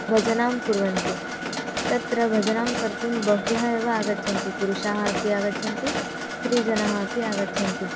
भजनां कुर्वन्ति तत्र भजनां कर्तुं बह्व्यः एव आगच्छन्ति पुरुषाः अपि आगच्छन्ति स्त्रीजनाः अपि आगच्छन्ति